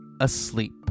asleep